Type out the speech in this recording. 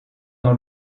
dans